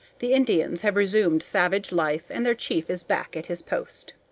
the indians have resumed savage life, and their chief is back at his post.